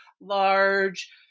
large